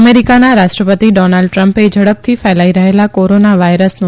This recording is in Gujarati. અમેરીકાના રાષ્ટ્રપતિ ડોનાલ્ડ ટ્રમ્પે ઝડપથી ફેલાઇ રહેલા કોરોના વાયરસનો